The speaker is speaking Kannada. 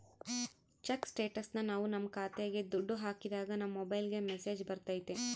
ಚೆಕ್ ಸ್ಟೇಟಸ್ನ ನಾವ್ ನಮ್ ಖಾತೆಗೆ ದುಡ್ಡು ಹಾಕಿದಾಗ ನಮ್ ಮೊಬೈಲ್ಗೆ ಮೆಸ್ಸೇಜ್ ಬರ್ತೈತಿ